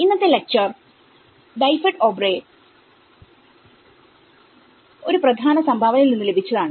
ഇന്നത്തെ lecture Dyfed ഓബ്റെയുടെ ഒരു പ്രധാന സംഭാവനയിൽ നിന്ന് ലഭിച്ചതാണ്